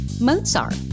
Mozart